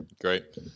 Great